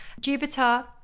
jupiter